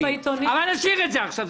אבל נשאיר את זה עכשיו,